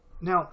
Now